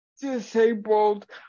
disabled